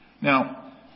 Now